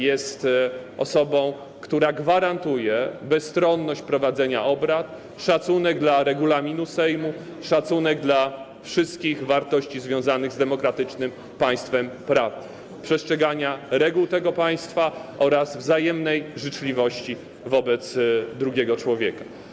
Jest osobą, która gwarantuje bezstronność prowadzenia obrad, szacunek dla regulaminu Sejmu, szacunek dla wszystkich wartości związanych z demokratycznym państwem prawa, przestrzeganie reguł tego państwa oraz życzliwość wobec drugiego człowieka.